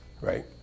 right